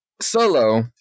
solo